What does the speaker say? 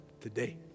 Today